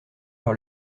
par